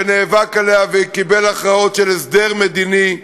שנאבק עליה וקיבל הכרעות של הסדר מדיני,